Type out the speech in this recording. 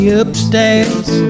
upstairs